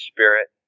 Spirit